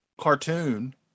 cartoon